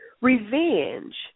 Revenge